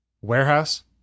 warehouse